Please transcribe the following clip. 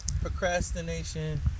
Procrastination